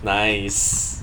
nice